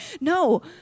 No